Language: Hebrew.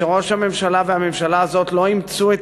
שראש הממשלה והממשלה הזאת לא אימצו את